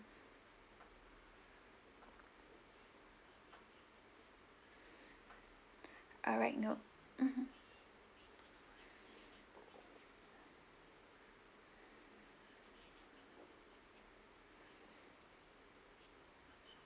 alright note mmhmm